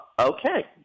okay